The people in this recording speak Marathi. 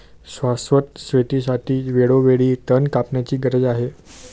शाश्वत शेतीसाठी वेळोवेळी तण कापण्याची गरज आहे